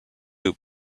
loop